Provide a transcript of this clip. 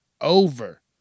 over